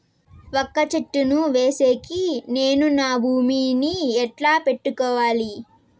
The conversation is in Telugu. వక్క చెట్టును వేసేకి నేను నా భూమి ని ఎట్లా పెట్టుకోవాలి?